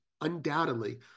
undoubtedly